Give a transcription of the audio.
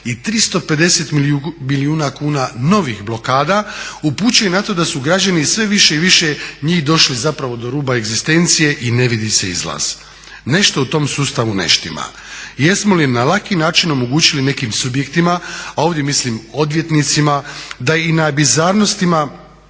i 350 bilijuna kuna novih blokada upućuje na to da su građani sve više i više njih došli zapravo do ruba egzistencije i ne vidi se izlaz. Nešto u tom sustavu ne štima. Jesmo li na laki način omogućili nekim subjektima, a ovdje mislim odvjetnicima da i na bizarnostima,